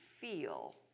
feel